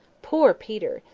poor peter!